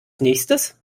nächstes